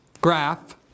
graph